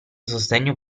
sostegno